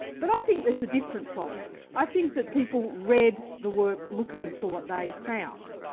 but i think that's a different problem. i think that people read the work, looking for what they found.